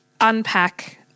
unpack